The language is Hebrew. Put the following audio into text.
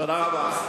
תודה רבה.